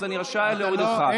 אז אני רשאי להוריד אותך.